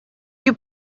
you